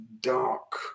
dark